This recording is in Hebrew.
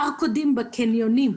ברקודים בקניונים.